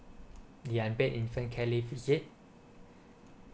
ya unpaid infant care leave is it